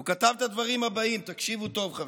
הוא כתב את הדברים הבאים, תקשיבו טוב חברים: